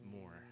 more